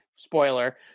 Spoiler